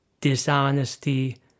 dishonesty